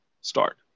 start